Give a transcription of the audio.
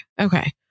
Okay